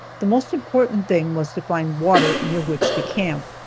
the most important thing was to find water near which to camp.